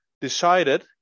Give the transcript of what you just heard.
decided